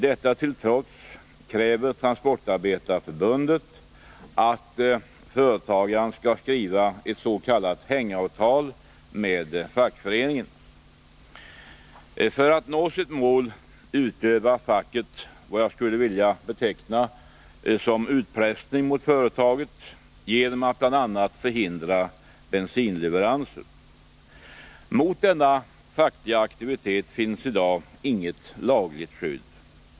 Detta till trots kräver Transportarbetareförbundet att företagaren skall skriva ett s.k. hängavtal med fackföreningen. För att nå sitt mål utövar facket vad jag skulle vilja beteckna som utpressning mot företaget, bl.a. genom att förhindra bensinleveranser. Mot denna fackliga aktivitet finns i dag inget lagligt skydd.